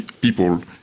people